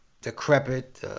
decrepit